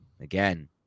again